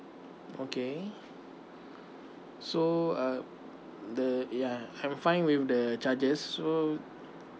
okay so uh the ya I'm fine with the charges so